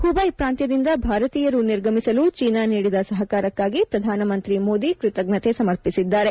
Hubei ಪ್ರಾಂತ್ಯದಿಂದ ಭಾರತೀಯರು ನಿರ್ಗಮಿಸಲು ಚೀನಾ ನೀಡಿದ ಸಹಕಾರಕ್ಕಾಗಿ ಶ್ರಧಾನಮಂತ್ರಿ ಮೋದಿ ಕೃತಜ್ಞತೆ ಸಮರ್ಪಿಸಿದ್ದಾರೆ